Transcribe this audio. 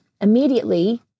immediately